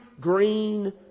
green